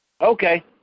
Okay